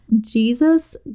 Jesus